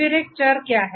फिर एक चर क्या है